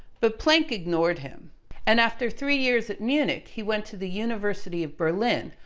but planck ignored him and after three years at munich, he went to the university of berlin,